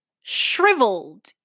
shriveled